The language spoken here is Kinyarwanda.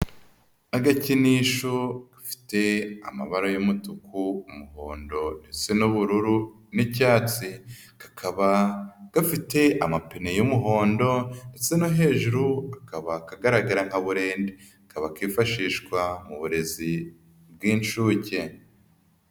Agakinisho gafite amabara y'umutuku, umuhondo, ndetse n'ubururu n'icyatsi. Kakaba gafite amapine y'umuhondo ndetse no hejuru kakaba kagaragara nka burende. Kaba kifashishwa mu burezi bw'inshuke.